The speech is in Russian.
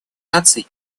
наций